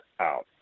out